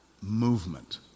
movement